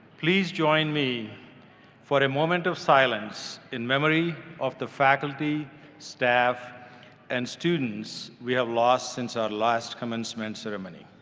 please join me for a moment of silence in memory of the faculty staff and students we have lost since our last commencement ceremony.